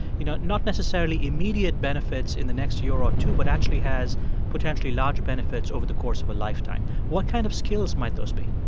you know, not necessarily immediate benefits in the next year or two, but actually has potentially large benefits over the course of a lifetime. what kind of skills might those be?